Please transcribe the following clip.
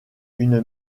une